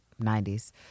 90s